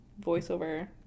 voiceover